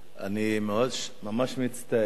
אני ממש מצטער,